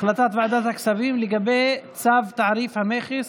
החלטת ועדת הכספים לגבי צו תעריף המכס